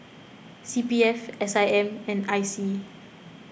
C P F S I M and I C